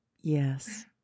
Yes